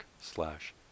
slash